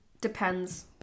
depends